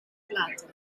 platen